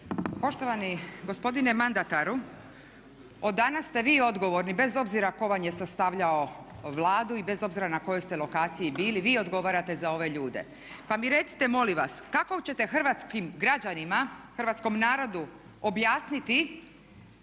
Poštovani gospodine mandataru. Od danas ste vi odgovorni bez obzira tko vam je sastavljao Vladu i bez obzira na kojoj ste lokaciji bili, vi odgovarate za ove ljude. Pa mi recite molim vas, kako ćete hrvatskim građanima, hrvatskom narodu objasniti